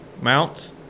mounts